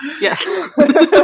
Yes